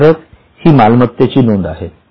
इमारत हि मालमत्तेची नोंद आहे